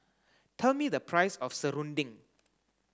tell me the price of serunding